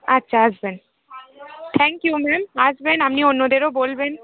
আচ্ছা আসবেন thank you ma'am আসবেন আপনি অন্যদেরও বলবেন